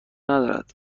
ندارد